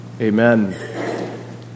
Amen